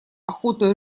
охоты